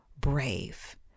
brave